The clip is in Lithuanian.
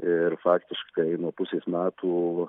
ir faktiškai nuo pusės metų